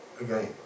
again